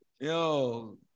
Yo